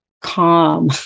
calm